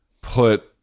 put